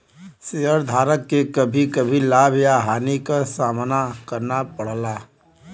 शेयरधारक के कभी कभी लाभ या हानि क सामना करना पड़ला